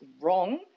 Wrong